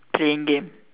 playing game